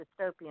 dystopian